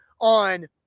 on